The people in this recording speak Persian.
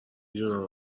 دونم